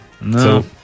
No